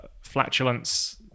flatulence